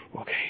okay